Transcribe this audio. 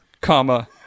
comma